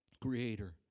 creator